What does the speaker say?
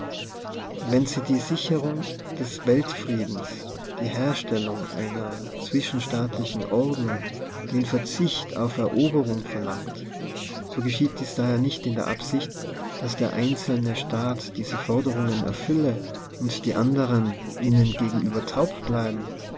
wenn sie die sicherung des welt friedens die herstellung einer zwischenstaatlichen ord nung den verzicht auf eroberung verlangt so geschieht dies daher nicht in der absicht daß der einzelne staat diese forderungen erfülle und die anderen ihnen gegen über taub bleiben